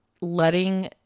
letting